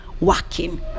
working